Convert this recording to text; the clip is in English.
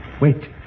Wait